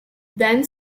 then